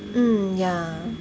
mm yeah